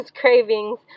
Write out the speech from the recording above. cravings